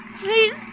Please